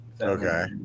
Okay